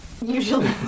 Usually